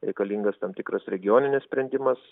reikalingas tam tikras regioninis sprendimas